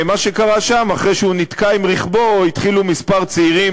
אחרי שהוא נתקע עם רכבו התחילו כמה צעירים